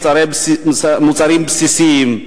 מוצרים בסיסיים,